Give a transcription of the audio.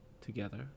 together